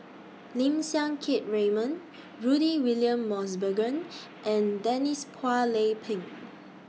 Lim Siang Keat Raymond Rudy William Mosbergen and Denise Phua Lay Peng